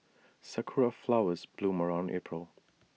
Sakura Flowers bloom around April